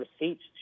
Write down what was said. receipts